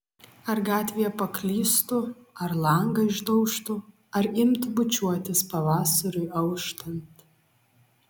ar gatvėje paklystų ar langą išdaužtų ar imtų bučiuotis pavasariui auštant